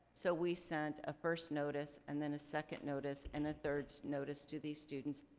so we sent a first notice and then a second notice and a third notice to these students.